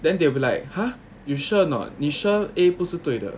then they will be like !huh! you sure not 你 sure A 不是对的